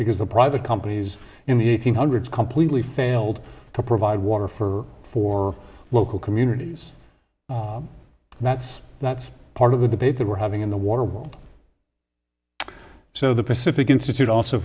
because the private companies in the eighteen hundreds completely failed to provide water for four local communities and that's that's part of the debate that we're having in the water so the pacific institute also